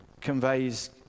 conveys